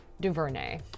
DuVernay